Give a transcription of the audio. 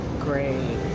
Great